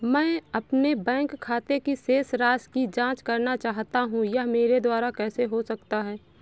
मैं अपने बैंक खाते की शेष राशि की जाँच करना चाहता हूँ यह मेरे द्वारा कैसे हो सकता है?